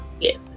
Yes